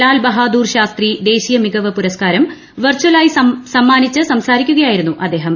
ലാൽ ബഹാദൂർ ശാസ്ത്രി ദേശീയ മികവ് പുരസ്കാരം വെർചലായി സമ്മാനിച്ച് സംസാരിക്കുകയായിരുന്നു അദ്ദേഹം